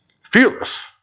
fearless